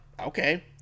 Okay